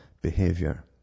behavior